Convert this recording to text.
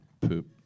poop